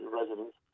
residents